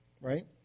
right